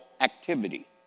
activity